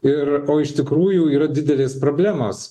ir o iš tikrųjų yra didelės problemos